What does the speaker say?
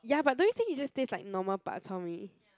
ya but don't you think it just taste like normal Bak Chor Mee